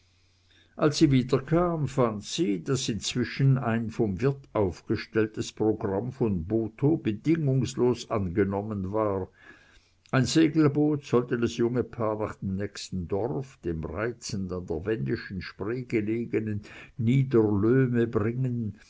als sie wiederkam fand sie daß inzwischen ein vom wirt aufgestelltes programm von botho bedingungslos angenommen war ein segelboot sollte das junge paar nach dem nächsten dorfe dem reizend an der wendischen spree gelegenen nieder löhme bringen